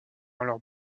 alors